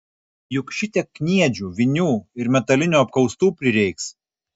juk šitiek kniedžių vinių ir metalinių apkaustų prireiks